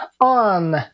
on